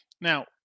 Now